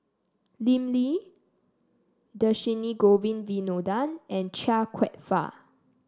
Lim Lee Dhershini Govin Winodan and Chia Kwek Fah